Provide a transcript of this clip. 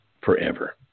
forever